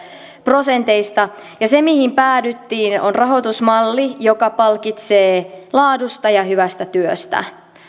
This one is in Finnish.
prosenteista ja se mihin päädyttiin on rahoitusmalli joka palkitsee laadusta ja hyvästä työstä